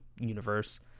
universe